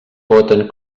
voten